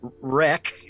wreck